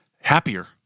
happier